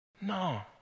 No